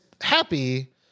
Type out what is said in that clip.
happy